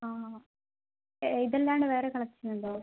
ആ ആ ഇത് അല്ലാണ്ട് വേറെ കളക്ഷൻ ഉണ്ടോ